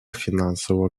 финансового